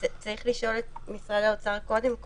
צריך לשאול את משרד האוצר קודם כול.